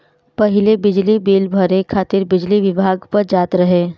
पहिले बिजली बिल भरे खातिर बिजली विभाग पअ जात रहे